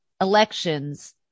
elections